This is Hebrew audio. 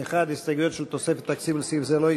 61. ההסתייגויות של תוספת תקציב לסעיף זה לא התקבלו.